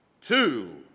Two